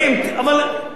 מיקי,